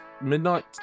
Midnight